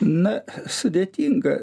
na sudėtinga